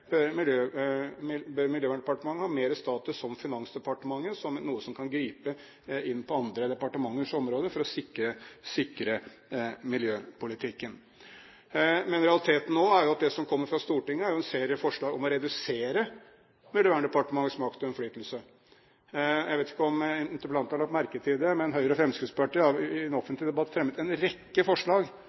bør Miljøverndepartementet etter min oppfatning – det er ikke sikkert alle i regjeringen deler den – ha mer status, som Finansdepartementet, som noe som kan gripe inn på andre departementers områder for å sikre miljøpolitikken. Men realiteten nå er jo at det som kommer fra Stortinget, er en serie forslag om å redusere Miljøverndepartementets makt og innflytelse. Jeg vet ikke om interpellanten har lagt merke til det, men Høyre og Fremskrittspartiet har i den offentlige debatt fremmet en rekke forslag